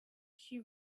she